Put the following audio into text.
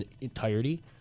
entirety